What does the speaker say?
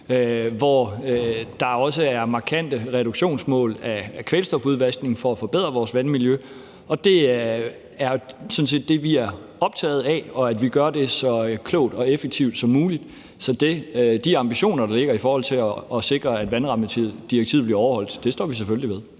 hvor der også er markante reduktionsmål for kvælstofudvaskning for at forbedre vores vandmiljø. Det er jo sådan set det, vi er optaget af, altså at vi gør det så klogt og effektivt som muligt. Så de ambitioner, der ligger i forhold til at sikre, at vandrammedirektivet bliver overholdt, står vi selvfølgelig ved.